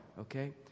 okay